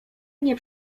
nie